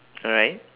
alright